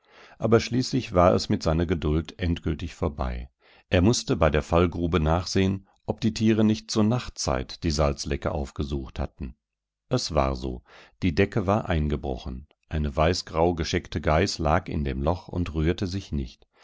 aber schließlich war es mit seiner geduld endgültig vorbei er mußte bei der fallgrube nachsehen ob die tiere nicht zur nachtzeit die salzlecke aufgesucht hatten es war so die decke war eingebrochen eine weißgrau gescheckte geiß lag in dem loch und rührte sich nicht